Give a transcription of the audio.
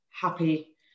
happy